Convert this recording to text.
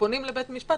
וכשפונים לבית משפט,